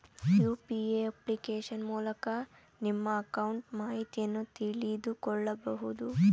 UPA application ಮೂಲಕ ನಿಮ್ಮ account ಮಾಹಿತಿಯನ್ನು ತಿಳಿದುಕೊಳ್ಳಬಹುದು